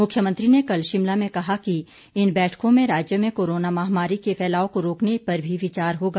मुख्यमंत्री ने कल शिमला में कहा कि इन बैठकों में राज्य में कोरोना महामारी के फैलाव को रोकने पर भी विचार होगा